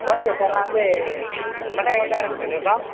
okay sir நான் வந்து கடை எவ்வளோ நேரம்ங்க சார் இருக்கும்